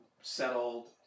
settled